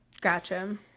Gotcha